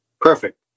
Perfect